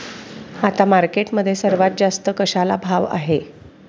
आता मार्केटमध्ये सर्वात जास्त कशाला भाव आहे?